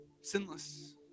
Sinless